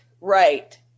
right